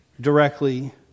directly